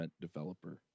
developer